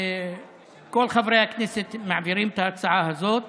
כל חברי הכנסת מעבירים את ההצעה הזאת